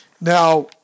Now